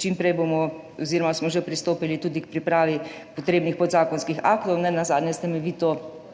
čim prej bomo oziroma smo že pristopili tudi k pripravi potrebnih podzakonskih aktov. Nenazadnje ste me vi na to